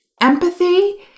Empathy